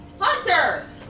Hunter